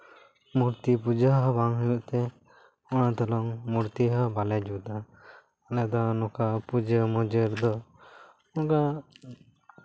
ᱢᱩᱨᱛᱤ ᱯᱩᱡᱟᱹ ᱦᱚᱸ ᱵᱟᱝ ᱦᱩᱭᱩᱜ ᱛᱮ ᱚᱱᱮ ᱛᱮᱲᱚᱝ ᱢᱩᱨᱛᱤ ᱦᱚᱸ ᱵᱟᱞᱮ ᱡᱩᱛᱟ ᱟᱞᱮ ᱫᱚ ᱱᱚᱝᱠᱟ ᱯᱩᱡᱟᱹᱼᱢᱩᱡᱟᱹ ᱨᱮᱫᱚ ᱚᱝᱠᱟ